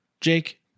Jake